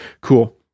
Cool